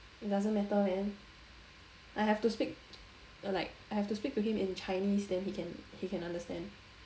it doesn't matter man I have to speak like I have to speak to him in chinese then he can he can understand